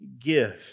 gift